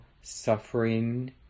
suffering